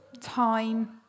time